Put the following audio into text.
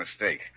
mistake